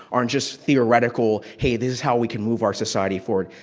aren't just theoretical, hey, this is how we can move our society forward.